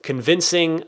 convincing